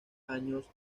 años